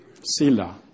Sila